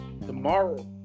Tomorrow